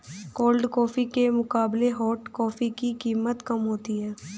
cold coffee के मुकाबले hot coffee की कीमत कम होती है